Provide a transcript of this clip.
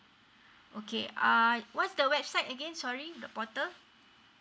okay uh what's the website again sorry porter